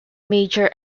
major